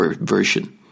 version